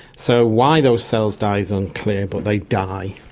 so why those cells die is unclear but they die.